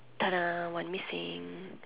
!tada! one missing